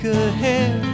ahead